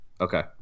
Okay